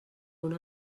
una